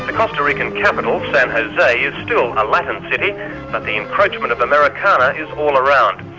and costa rican capital, san jose, is still a latin city, but the encroachment of americana is all around,